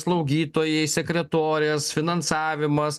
slaugytojai sekretorės finansavimas